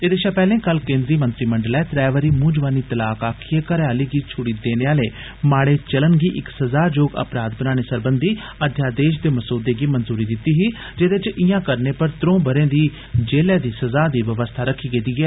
एहदे षा पैहले कल केंद्री मंत्रीमंडलै त्रै बारी मूंह जवानी तलाब आक्खिए घरै आली गी छ्ड़ी देने आले माड़े चलन गी इक सजा जोग अपराध बनाने सरबंधी अध्यादेष दे मसोदे गी मंजूरी दित्ती ही जेदे च इयां करने पर त्रों ब'रे दी जेलै दी सजा दी व्यवस्था रक्खी गेदी ऐ